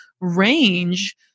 range